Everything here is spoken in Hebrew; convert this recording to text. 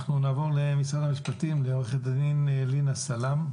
אנחנו נעבור למשרד המשפטים, עו"ד לינא סאלם.